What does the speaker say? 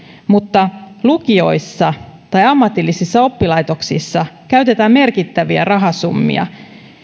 mutta lukioissa tai ammatillisissa oppilaitoksissa käytetään merkittäviä rahasummia